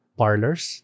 parlors